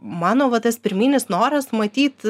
mano va tas pirminis noras matyt